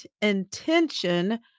intention